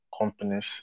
companies